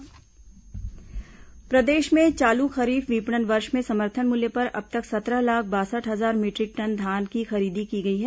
धान खरीदी प्रदेश में चालू खरीफ विपणन वर्ष में समर्थन मूल्य पर अब तक सत्रह लाख बासठ हजार मीटरिक टन धान की खरीदी की गई है